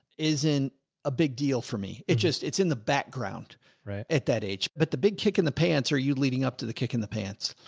isn't a big deal for me. it just it's in the background right at that age. but the big kick in the pants, are you leading up to the kick in the pants?